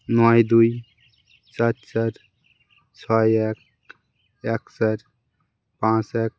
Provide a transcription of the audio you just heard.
নয় দুই চার চার ছয় এক এক চার পাঁচ এক